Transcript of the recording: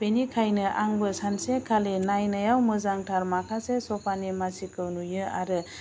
बेनिखायनो आंबो सानसेखालि नायनायाव मोजांथार माखासे सपानि मासिखौ नुयो आरो